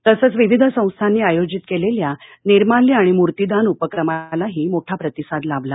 तसंच विविध संस्थांनी आयोजित केलेल्या निर्माल्य आणि मूर्ती दान उपक्रमालाही मोठा प्रतिसाद लाभला